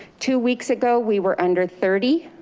two weeks ago, we were under thirty,